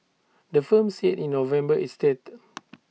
the firm said in November it's dead